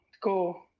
go